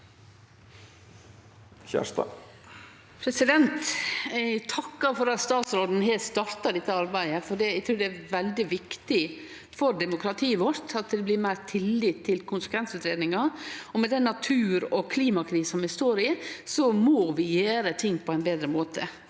Eg takkar for at statsråden har starta dette arbeidet, for eg trur det er veldig viktig for demokratiet vårt at det blir meir tillit til konsekvensutgreiingar, og med den natur- og klimakrisa vi står i, må vi gjere ting på ein betre måte.